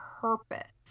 purpose